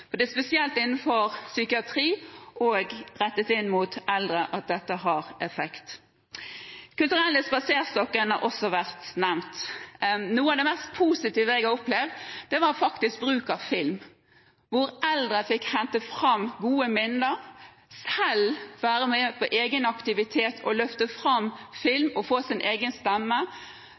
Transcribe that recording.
Det er spesielt innenfor psykiatri og rettet inn mot eldre at dette har effekt. Den kulturelle spaserstokken har også vært nevnt. Noe av det mest positive jeg har opplevd, var faktisk bruk av film. Da fikk eldre hente fram gode minner, selv være med på egenaktivitet, høre sin egen stemme, se bilde av seg selv på lerretet og bli løftet fram